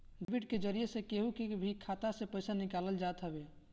debit के जरिया से केहू के भी खाता से पईसा निकालल जात हवे